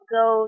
go